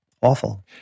Awful